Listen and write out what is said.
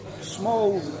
small